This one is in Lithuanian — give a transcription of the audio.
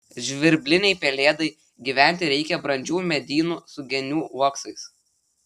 žvirblinei pelėdai gyventi reikia brandžių medynų su genių uoksais